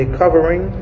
covering